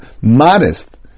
modest